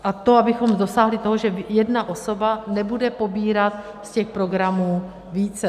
A to, abychom dosáhli toho, že jedna osoba nebude pobírat z těch programů více.